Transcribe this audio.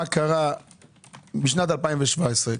מה קרה בשנת 2017,